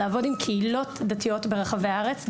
לעבוד עם קהילות דתיות ברחבי הארץ,